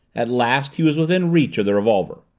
at last he was within reach of the revolver.